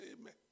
amen